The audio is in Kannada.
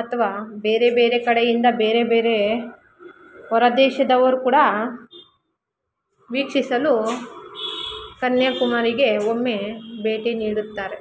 ಅಥ್ವಾ ಬೇರೆ ಬೇರೆ ಕಡೆಯಿಂದ ಬೇರೆ ಬೇರೆ ಹೊರದೇಶದವರು ಕೂಡ ವೀಕ್ಷಿಸಲು ಕನ್ಯಾಕುಮಾರಿಗೆ ಒಮ್ಮೆ ಭೇಟಿ ನೀಡುತ್ತಾರೆ